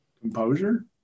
composure